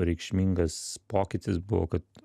reikšmingas pokytis buvo kad